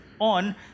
on